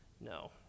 no